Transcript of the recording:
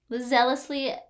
zealously